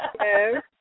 Yes